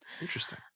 Interesting